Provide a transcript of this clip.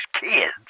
kids